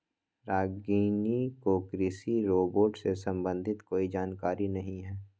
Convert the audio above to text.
रागिनी को कृषि रोबोट से संबंधित कोई जानकारी नहीं है